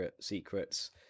secrets